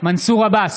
מנסור עבאס,